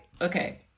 okay